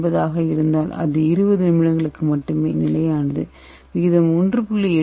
9 ஆக இருந்தால் அது 20 நிமிடங்களுக்கு மட்டுமே நிலையானது விகிதம் 1